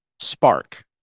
spark